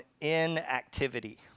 inactivity